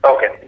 Okay